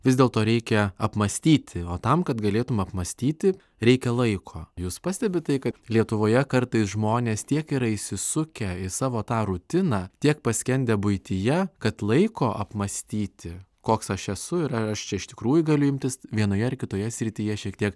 vis dėlto reikia apmąstyti o tam kad galėtum apmąstyti reikia laiko jūs pastebit tai kad lietuvoje kartais žmonės tiek yra įsisukę į savo tą rutiną tiek paskendę buityje kad laiko apmąstyti koks aš esu ir ar aš čia iš tikrųjų galiu imtis vienoje ar kitoje srityje šiek tiek